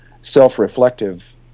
self-reflective